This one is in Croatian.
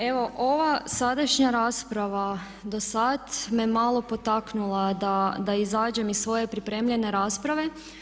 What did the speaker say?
Evo ova sadašnja rasprava do sada me malo potaknula da izađem iz svoje pripremljene rasprave.